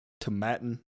Tomatin